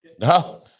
No